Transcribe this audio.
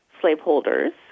slaveholders